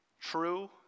true